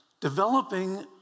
Developing